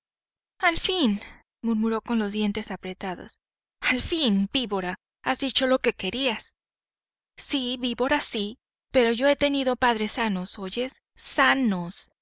al fin murmuró con los dientes apretados al fin víbora has dicho lo que querías sí víbora sí pero yo he tenido padres sanos oyes sanos